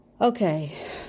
Okay